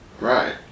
Right